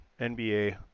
NBA